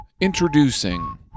Introducing